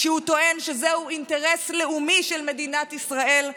כשהוא טוען שזה אינטרס לאומי של מדינת ישראל,